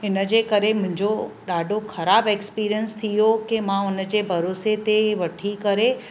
हिन जे करे मुंहिंजो ॾाढो ख़राबु एक्सपीरियंस थी वियो की मां हुन जे भरोसे ते वठी करे